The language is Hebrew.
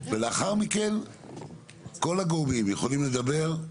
לאחר מכן כל הגורמים יכולים לדבר.